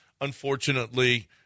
Unfortunately